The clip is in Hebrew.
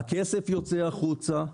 הכסף יוצא החוצה,